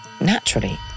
Naturally